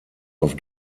auf